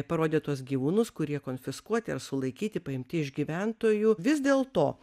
parodė tuos gyvūnus kurie konfiskuoti ar sulaikyti paimti iš gyventojų vis dėlto